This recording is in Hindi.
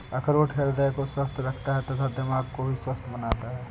अखरोट हृदय को स्वस्थ रखता है तथा दिमाग को भी स्वस्थ बनाता है